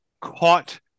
caught